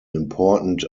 important